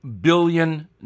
billion